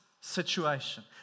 situation